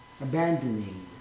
abandoning